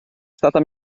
stata